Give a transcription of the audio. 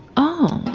oh,